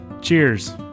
Cheers